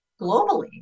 globally